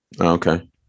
Okay